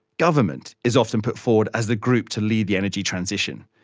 government is often put forward as the group to lead the energy transition.